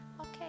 Okay